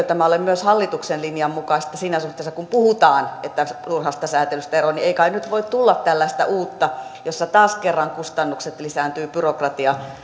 tämä ole myös hallituksen linjan mukaista siinä suhteessa kun puhutaan että turhasta sääntelystä eroon ei kai nyt voi tulla tällaista uutta jossa taas kerran kustannukset lisääntyvät byrokratia